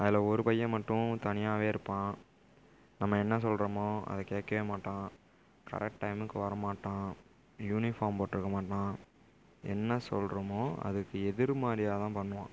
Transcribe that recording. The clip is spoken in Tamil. அதில் ஒரு பையன் மட்டும் தனியாகவே இருப்பான் நம்ம என்ன சொல்கிறமோ அதை கேட்கவே மாட்டான் கரெக்ட் டைமுக்கு வரமாட்டான் யூனிபார்ம் போட்டுருக்க மாட்டான் என்ன சொல்கிறமோ அதுக்கு எதிர்மறையா தான் பண்ணுவான்